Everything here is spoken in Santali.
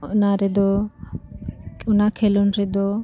ᱚᱱᱟ ᱨᱮᱫᱚ ᱚᱱᱟ ᱠᱷᱮᱞᱳᱰ ᱨᱮᱫᱚ